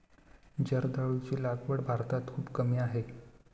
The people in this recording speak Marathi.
जर्दाळूची लागवड भारतात खूपच कमी आहे